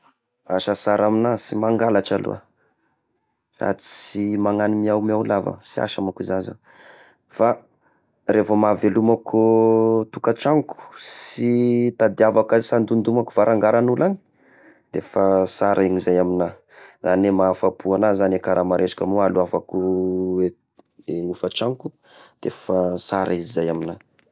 Asa sara amignà, sy mangalatra aloha, sady sy magnany miaomiao lava, sy asa manko za zao, fa revo mahavelomako tokatragnoko sy itadiavako, sy andondomako varangaran'olo agny, da efa sara zay igny amignà, zagny hoe mahafa-po agna zany i karama raisiko amy, alohavako ne-ny ofa-traniko defa sara izy zay amignà.